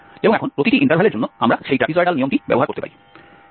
এবং এখন প্রতিটি ইন্টারভ্যালের জন্য আমরা সেই ট্র্যাপিজয়েডাল নিয়মটি ব্যবহার করতে পারি